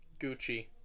Gucci